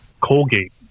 Colgate